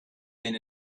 been